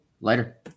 Later